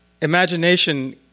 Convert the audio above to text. Imagination